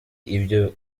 ibyo